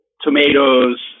tomatoes